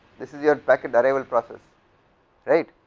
this is your packet arrival process right.